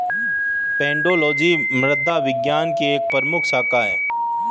pedology मृदा विज्ञान की एक प्रमुख शाखा है